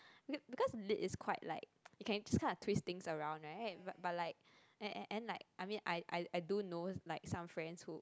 because lit it's quite like you can use this kind of twist things around [right] but like and and and like I mean I I I don't know like some friends who